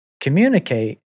communicate